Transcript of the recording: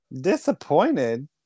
Disappointed